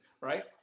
right